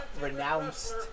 renounced